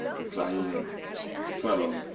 ukrainian fellow,